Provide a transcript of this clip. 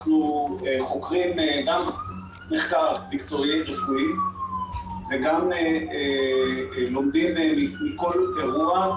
אנחנו חוקרים גם מחקר מקצועי רפואי וגם לומדים מכל אירוע,